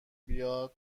بیاد